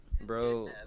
Bro